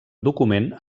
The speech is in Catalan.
document